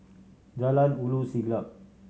Jalan Ulu Siglap